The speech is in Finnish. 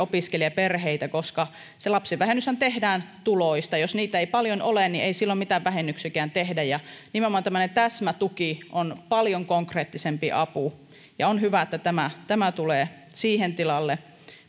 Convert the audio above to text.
monia opiskelijaperheitä koska se lapsivähennyshän tehdään tuloista jos niitä ei paljon ole ei silloin mitään vähennyksiäkään tehdä nimenomaan tämmöinen täsmätuki on paljon konkreettisempi apu ja on hyvä että tämä tämä tulee siihen tilalle